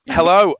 Hello